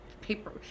paper